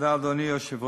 תודה, אדוני היושב-ראש.